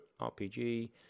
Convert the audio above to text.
RPG